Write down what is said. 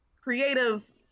creative